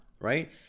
right